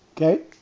Okay